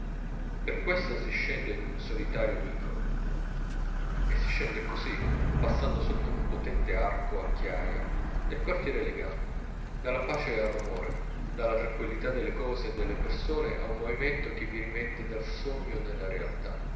per questa si scende in un solitario vicolo e si esce così passando sotto un potente arco a chiaia nel quartiere elegante dalla pace al romore dalla tranquillità delle cose e delle persone a un movimento che vi rimette dal sogno nella realtà